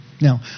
Now